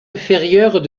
inférieure